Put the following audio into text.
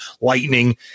lightning